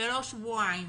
ולא שבועיים,